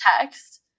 text